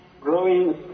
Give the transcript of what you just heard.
growing